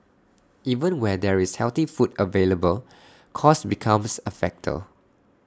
even where there is healthy food available cost becomes A factor